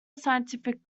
scientific